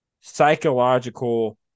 psychological